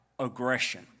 Aggression